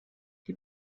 die